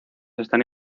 están